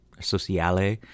Sociale